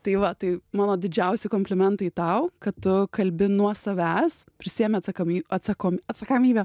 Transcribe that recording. tai va tai mano didžiausi komplimentai tau kad tu kalbi nuo savęs prisiėmė atsakomy atsakom atsakomybę